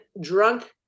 drunk